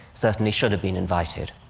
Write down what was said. certainly should have been invited.